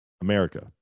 america